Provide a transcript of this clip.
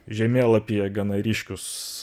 žemėlapyje gana ryškius